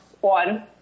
one